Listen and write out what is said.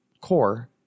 core